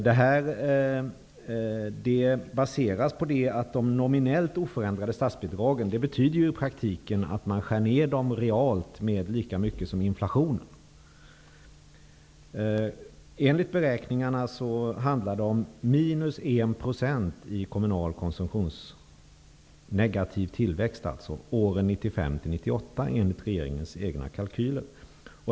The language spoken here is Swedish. Detta baseras på att statsbidragen är nominellt oförändrade. Det betyder i praktiken att man skär ned dem realt med lika mycket som motsvarar inflationen. Enligt beräkningarna handlar det om minus 1 % i negativ tillväxt åren 1995--1998. Det visar regeringens egna kalkyler.